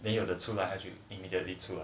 then 有人出来他就 immediately 出来